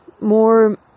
more